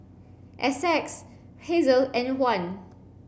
Essex Hazel and Juan